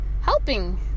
helping